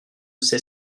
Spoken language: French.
sait